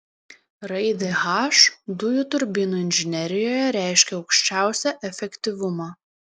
raidė h dujų turbinų inžinerijoje reiškia aukščiausią efektyvumą